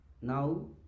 now